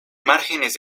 márgenes